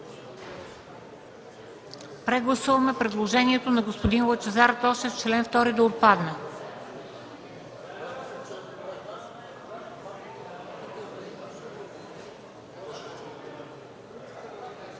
Прегласуваме предложението на господин Лъчезар Тошев чл. 2 да отпадне.